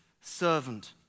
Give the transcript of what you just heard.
servant